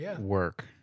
work